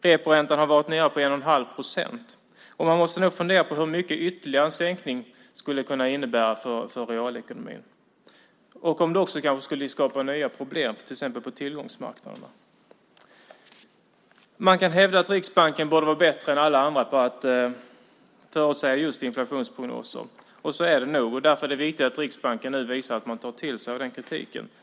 Reporäntan har varit nere på 1 1⁄2 procent. Man måste nog fundera på vad ytterligare en sänkning skulle kunna innebära för realekonomin och om det kanske skulle skapa nya problem, till exempel på tillgångsmarknaderna. Man kan hävda att Riksbanken borde vara bättre än alla andra på att göra just inflationsprognoser, och så är det nog. Därför är det viktigt att Riksbanken nu visar att man tar till sig den kritiken.